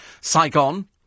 Saigon